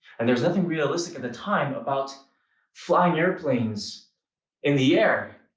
and there's nothing realistic, at the time, about flying airplanes in the air.